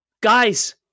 Guys